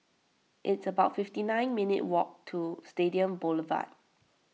it's about fifty nine minutes' walk to Stadium Boulevard